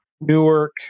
Newark